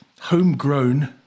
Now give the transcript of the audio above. homegrown